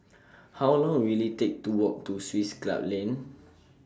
How Long Will IT Take to Walk to Swiss Club Lane